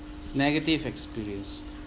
negative experience